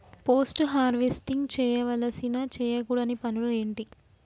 Post harvesting చేయవలసిన చేయకూడని పనులు ఏంటి?